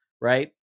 right